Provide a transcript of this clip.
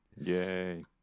Yay